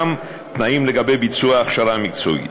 גם תנאים לגבי ביצוע ההכשרה המקצועית.